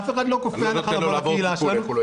אף אחד לא כופה לבוא לקהילה שלנו.